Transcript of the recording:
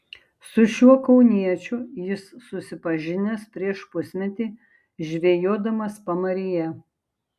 su šiuo kauniečiu jis susipažinęs prieš pusmetį žvejodamas pamaryje